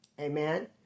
Amen